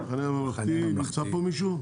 "המחנה הממלכתי", נמצא פה מישהו?